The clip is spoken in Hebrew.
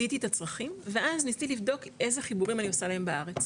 זיהיתי את הצרכים ואז ניסיתי לבדוק איזה חיבורים אני עושה להם בארץ,